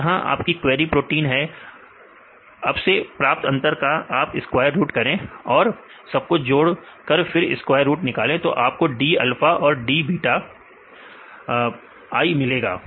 तो यह आपकी क्वेरी प्रोटीन है अब से प्राप्त अंतर का आप स्क्वायर रूट करें और सबको जोड़ कर फिर स्क्वायर रूट निकाले तो आपको d अल्फा i और d बीटा i मिलेगा